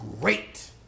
great